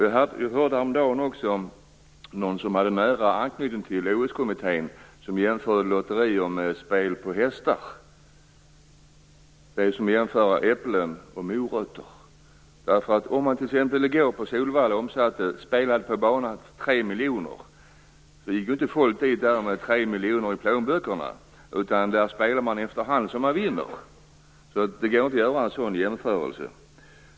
Jag hörde häromdagen någon som har nära anknytning till OS-kommittén som jämförde lotterier med spel på hästar. Det är som att jämföra äpplen och morötter. Om Solvalla i går omsatte 3 miljoner kronor på banan, gick inte folk dit med 3 miljoner kronor i plånböckerna. Där spelar man efterhand som man vinner. Det går inte att göra en sådan jämförelse.